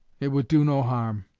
it would do no harm